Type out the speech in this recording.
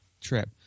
trip